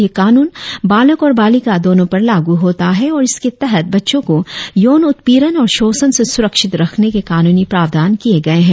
यह कानून बालक और बालिका दोनों पर लागू होता है और इसके तहत बच्चों को यौन उत्पीड़न और शोषण से सुरक्षित रखने के कानूनी प्रावधान किए गए हैं